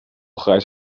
grijs